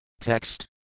Text